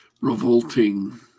revolting